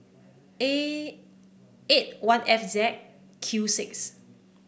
eight one F Z Q six